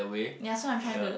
ya so I'm trying to